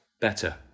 better